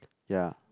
ya